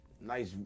Nice